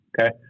Okay